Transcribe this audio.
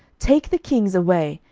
take the kings away,